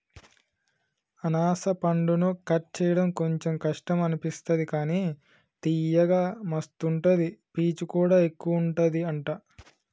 అనాస పండును కట్ చేయడం కొంచెం కష్టం అనిపిస్తది కానీ తియ్యగా మస్తు ఉంటది పీచు కూడా ఎక్కువుంటది అంట